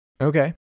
Okay